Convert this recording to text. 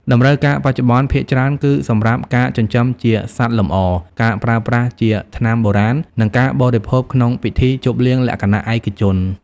តម្រូវការបច្ចុប្បន្នភាគច្រើនគឺសម្រាប់ ការចិញ្ចឹមជាសត្វលម្អ ការប្រើប្រាស់ជាថ្នាំបុរាណ និង ការបរិភោគក្នុងពិធីជប់លៀងលក្ខណៈឯកជន។